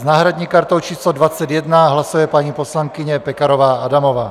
S náhradní kartou číslo 21 hlasuje paní poslankyně Pekarová Adamová.